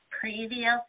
previous